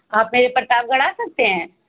आप मेरे प्रतापगढ़ आ सकते हैं